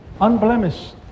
unblemished